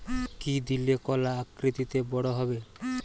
কি দিলে কলা আকৃতিতে বড় হবে?